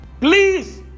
Please